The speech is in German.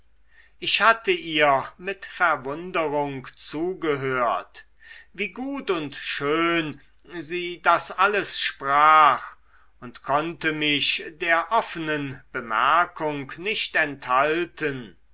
ich hatte ihr mit verwunderung zugehört wie gut und schön sie das alles sprach und konnte mich der offenen bemerkung nicht enthalten